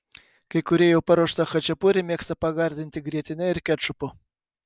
kai kurie jau paruoštą chačapuri mėgsta pagardinti grietine ir kečupu